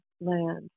land